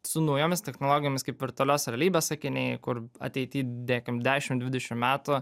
su naujomis technologijomis kaip virtualios realybės akiniai kur ateity dėkim dešim dvidešim metų